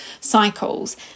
cycles